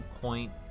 point